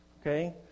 Okay